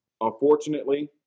unfortunately